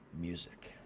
music